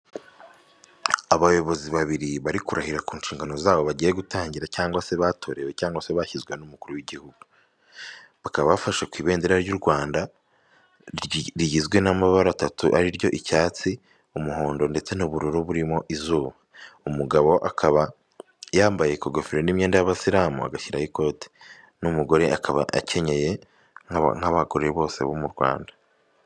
abayobozi babiri bari kurahira ku nshingano zabo bagiye gutangira cyangwa se batorewe cyangwa se bashyizwe n'umukuru w'igihugu bakaba bafasha ku ibendera ry'u Rwanda rigizwe n'amabara atatu ariyo icyatsi, umuhondo, ndetse n'ubururu burimo izuba umugabo akaba yambaye ingofero n'imyenda y'abasilamu agashyiraho ikote n'umugore akaba akenyeye nk'abagore bose bo mu Rwanda.